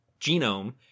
genome